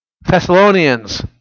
Thessalonians